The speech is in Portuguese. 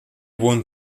bom